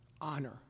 Honor